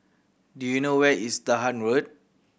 do you know where is Dahan Road